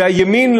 שהימין,